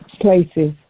places